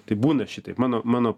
tai būna šitaip mano mano